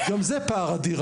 גם זה פער אדיר.